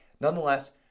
nonetheless